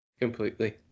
Completely